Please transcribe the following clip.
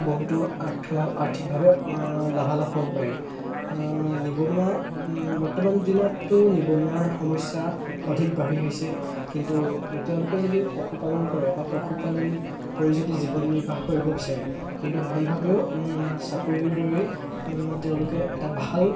বহুতো আৰ্থভাৱ আৰ্থিকভাৱে লাভালাভ হ'ব পাৰি নিবনুৱা বৰ্তমান দিনততো নিবনুৱাৰ সমস্যা অধিক বাঢ়ি হৈছে কিন্তু তেওঁলোকে যদি পশুপালন কৰে বা পশুপালন কৰি যদি জীৱন নিৰ্বাহ কৰিব বিচাৰে কিন্তু সেইভাৱেও চাকৰিৰ দৰে তেওঁলোকে এটা ভাল